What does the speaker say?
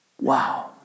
Wow